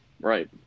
Right